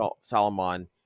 Salomon